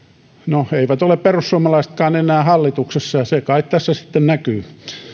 no eivät ole perussuomalaisetkaan enää hallituksessa ja se kai tässä sitten näkyy